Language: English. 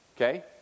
Okay